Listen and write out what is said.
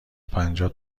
پنجاه